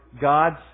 God's